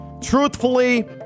Truthfully